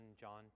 John